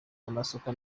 amasuka